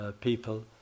people